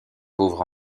pauvre